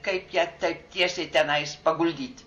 kaip ją taip tiesiai tenais paguldyt